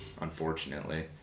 unfortunately